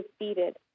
defeated